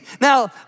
Now